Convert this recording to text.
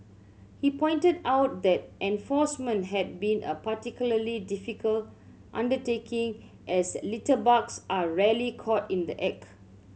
he pointed out that enforcement had been a particularly difficult undertaking as litterbugs are rarely caught in the act